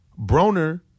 Broner